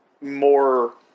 more